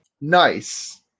nice